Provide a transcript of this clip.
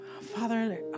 Father